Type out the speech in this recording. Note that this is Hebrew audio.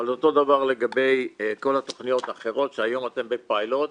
אבל אותו דבר לגבי כל התכניות האחרות שהיום אתם בפיילוט.